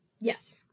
Yes